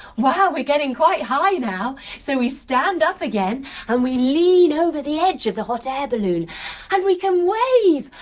wow. we're getting quite high now. so we stand up again and we lean over the edge of the hot air balloon and we can wave.